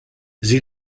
sie